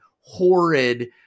horrid